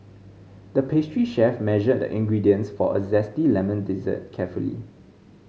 the pastry chef measured the ingredients for a zesty lemon dessert carefully